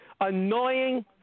Annoying